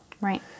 Right